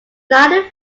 ninety